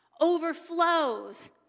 overflows